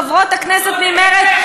חברות הכנסת ממרצ,